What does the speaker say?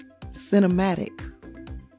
cinematic